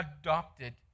adopted